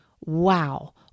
wow